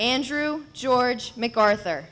andrew george macarthur